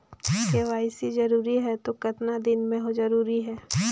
KYC जरूरी हे तो कतना दिन मे जरूरी है?